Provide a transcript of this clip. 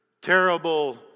terrible